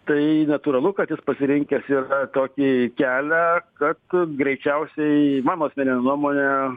tai natūralu kad jis pasirinkęs yra tokį kelią kad greičiausiai mano asmenine nuomone